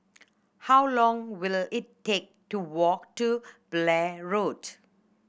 how long will it take to walk to Blair Road